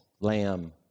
Lamb